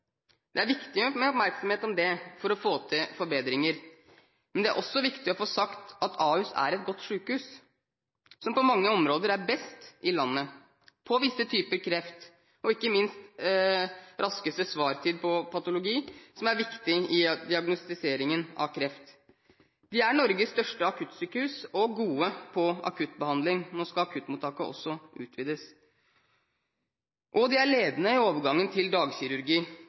Det er viktig med oppmerksomhet om det for å få til forbedringer. Men det er også viktig å få sagt at Ahus er et godt sykehus som på mange områder er best i landet, som på visse typer kreft. Ikke minst har det raskest svartid på patologi, som er viktig i diagnostiseringen av kreft. Det er Norges største akuttsykehus, og man er gode på akuttbehandling. Nå skal akuttmottaket også utvides. Sykehuset er ledende i overgangen til